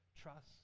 trust